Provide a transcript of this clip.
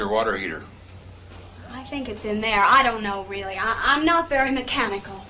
your water heater i think it's in there i don't know really i'm not very mechanical